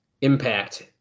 Impact